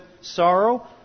sorrow